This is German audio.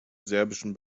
serbischen